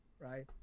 right